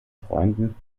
freunden